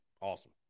Awesome